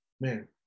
man